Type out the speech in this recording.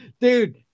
Dude